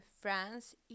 France